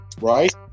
right